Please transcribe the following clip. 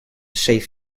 save